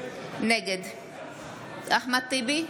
נגד אחמד טיבי,